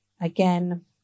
again